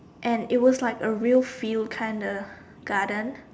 and it was like a real field kind of garden